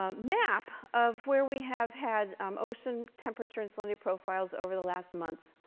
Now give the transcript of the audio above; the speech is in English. um map of where we have had um ocean temperature and salinity profiles over the last month.